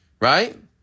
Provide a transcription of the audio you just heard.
right